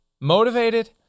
motivated